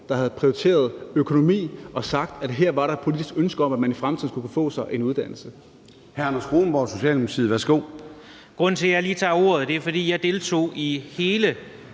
der havde prioriteret økonomi og sagt, at her var der et politisk ønske om, at man i fremtiden skulle kunne få sig en uddannelse.